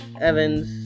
Evans